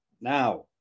now